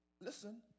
listen